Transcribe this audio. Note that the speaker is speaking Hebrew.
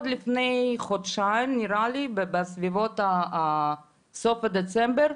לפני חודשיים, בסביבות סוף דצמבר,